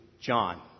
John